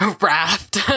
raft